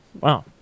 Wow